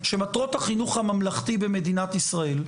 שמטרות החינוך הממלכתי במדינת ישראל,